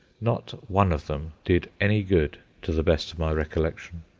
not one of them did any good to the best of my recollection.